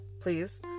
please